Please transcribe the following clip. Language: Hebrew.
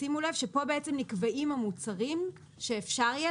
שימו לב שפה בעצם נקבעים המוצרים שאפשר יהיה